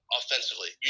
offensively